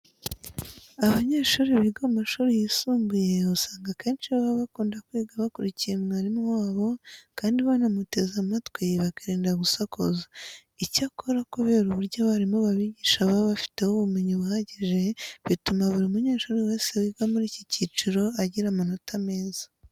Abanyeshuri biga mu mashuri yisumbuye, usanga akenshi baba bakunda kwiga bakurikiye mwarimu wabo kandi banamuteze amatwi bakirinda gusakuza. Icyakora kubera uburyo abarimu babigisha baba babifiteho ubumenyi buhagije, bituma buri munyeshuri wese wiga muri iki cyiciro agira amanota meza.